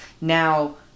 Now